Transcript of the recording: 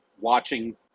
watching